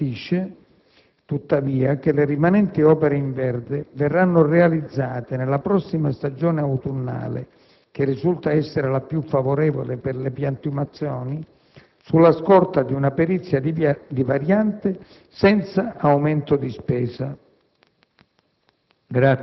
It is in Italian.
L'ANAS garantisce, tuttavia, che le rimanenti opere in verde verranno realizzate nella prossima stagione autunnale, che risulta essere la più favorevole per le piantumazioni, sulla scorta di una perizia di variante senza aumento di spesa.